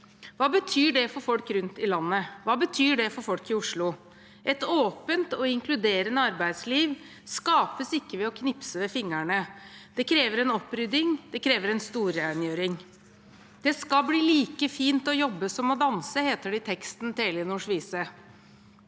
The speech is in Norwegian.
Hva betyr det for folk rundt i landet? Hva betyr det for folk i Oslo? Et åpent og inkluderende arbeidsliv skapes ikke ved å knipse med fingrene. Det krever en opprydding, det krever en storrengjøring. «Det skal bli like fint å jobbe som å danse», heter det i teksten til «Ellinors vise».